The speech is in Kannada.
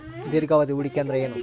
ದೀರ್ಘಾವಧಿ ಹೂಡಿಕೆ ಅಂದ್ರ ಏನು?